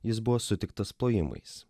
jis buvo sutiktas plojimais